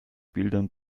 bildern